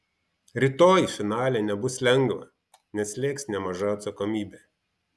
rytoj finale nebus lengva nes slėgs nemaža atsakomybė